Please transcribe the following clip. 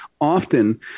often